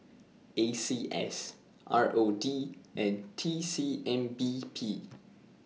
A C S R O D and T C M B P